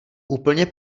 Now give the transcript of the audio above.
úplně